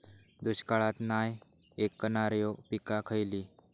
दुष्काळाक नाय ऐकणार्यो पीका खयली?